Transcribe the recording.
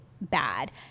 bad